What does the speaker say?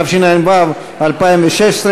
התשע"ו 2016,